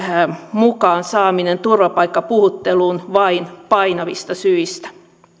mukaan saaminen turvapaikkapuhutteluun vain painavista syistä